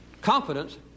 Confidence